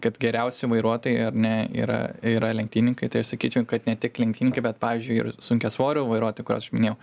kad geriausi vairuotojai ar ne yra yra lenktyninkai tai aš sakyčiau kad ne tik lenktynininkai bet pavyzdžiui ir sunkiasvorių vairuotojai kuriuos aš minėjau